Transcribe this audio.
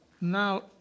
Now